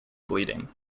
bleeding